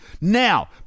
Now